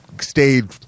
stayed